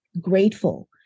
grateful